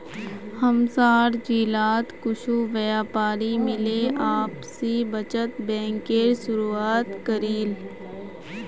हमसार जिलात कुछु व्यापारी मिले आपसी बचत बैंकेर शुरुआत करील